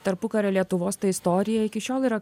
tarpukario lietuvos ta istorija iki šiol yra